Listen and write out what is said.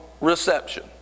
reception